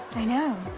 i know,